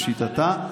לשיטתה.